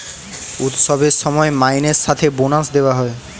উৎসবের সময় মাইনের সাথে বোনাস দেওয়া হয়